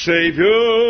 Savior